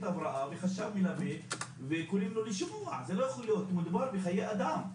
הבראה וקוראים לו לשבוע זה לא יכול להיות מדובר בחיי אדם,